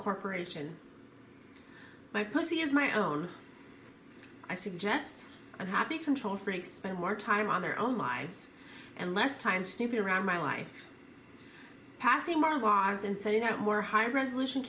corporation my pussy is my own i suggest unhappy control freaks spend more time on their own lives and less time snooping around my life passing mark was and said you know more high resolution